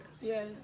Yes